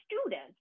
students